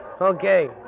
Okay